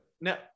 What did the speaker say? now